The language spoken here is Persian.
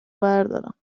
بردارم